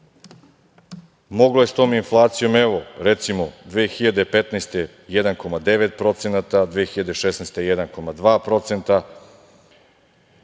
Moglo je sa tom inflacijom, recimo 2015. – 1,9%, 2016. -1,2%,